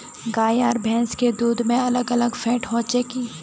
गाय आर भैंस के दूध में अलग अलग फेट होचे की?